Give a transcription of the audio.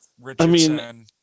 Richardson